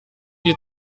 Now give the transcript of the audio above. die